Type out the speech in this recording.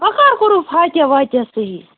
وۅنۍ کَر کوٚروٕ فاتحہ واتحہ صحیٖح